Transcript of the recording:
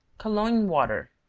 cologne water.